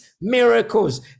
miracles